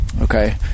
Okay